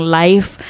life